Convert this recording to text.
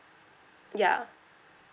ya